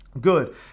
good